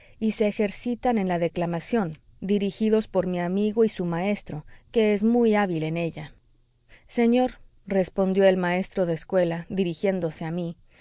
y se ejercitan en la declamación dirigidos por mi amigo y su maestro que es muy hábil en ella señor respondió el maestro de escuela dirigiéndose a mí